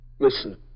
Listen